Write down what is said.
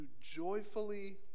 joyfully